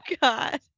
God